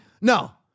No